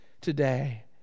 today